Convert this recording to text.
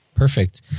Perfect